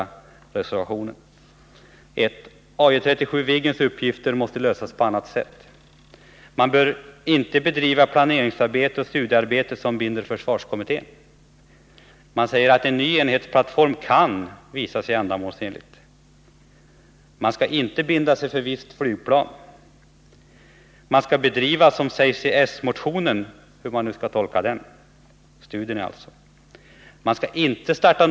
Frågan om AJ 37 Viggens uppgifter måste lösas på ett annat sätt. 2. Planeringsarbete och studiearbete som binder försvarskommittén bör inte bedrivas. 3. En ny enhetsplattform kan visa sig ändamålsenlig. 4. Vi skall inte binda oss för ett visst flygplan. 5. Studier skall bedrivas, vilket sägs i socialdemokraternas motion 1951 — hur man nu skall tolka det. 6.